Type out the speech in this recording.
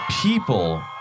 people